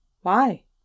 Why